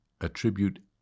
attribute